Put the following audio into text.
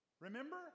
Remember